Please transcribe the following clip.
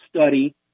study